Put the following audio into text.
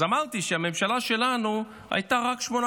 אז אמרתי שהממשלה שלנו הייתה רק שמונה